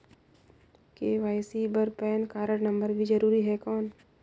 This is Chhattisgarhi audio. के.वाई.सी बर पैन कारड नम्बर भी जरूरी हे कौन?